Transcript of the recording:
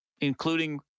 including